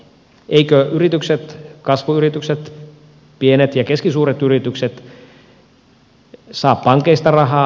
eivätkö yritykset kasvuyritykset pienet ja keskisuuret yritykset saa pankeista rahaa